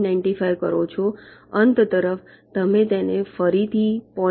95 કરો છો અંત તરફ તમે તેને ફરીથી 0